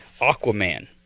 Aquaman